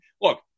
look